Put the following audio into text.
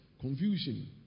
confusion